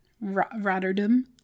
rotterdam